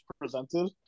presented